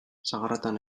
sagarretan